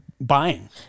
buying